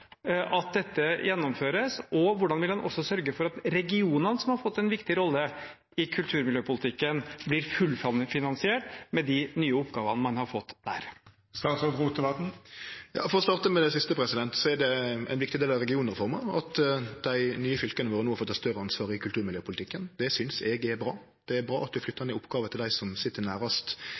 at dette gjennomføres, og hvordan vil han også sørge for at regionene, som har fått en viktig rolle i kulturmiljøpolitikken, blir fullfinansiert med de nye oppgavene man har fått der? For å starte med det siste: Det er ein viktig del av regionreforma at dei nye fylka våre no har fått eit større ansvar i kulturmiljøpolitikken. Det synest eg er bra. Det er bra at vi flyttar ned oppgåver til dei som sit nærast,